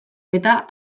eta